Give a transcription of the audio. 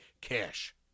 cash